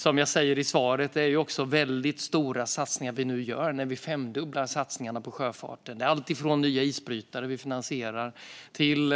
Som jag säger i svaret är det också väldigt stora satsningar vi nu gör när vi femdubblar satsningarna på sjöfarten. Det är allt från nya isbrytare som vi finansierar till